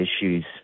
issues